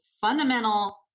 fundamental